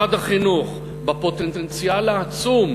משרד החינוך בפוטנציאל העצום,